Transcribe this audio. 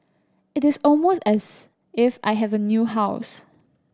it is almost as if I have a new house